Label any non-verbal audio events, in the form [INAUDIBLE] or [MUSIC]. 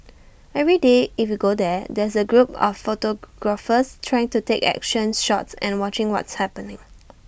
[NOISE] every day if you go there there's A group of photographers trying to take action shots and watching what's happening